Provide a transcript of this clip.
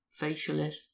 facialists